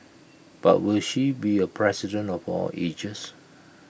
but will she be A president for all ages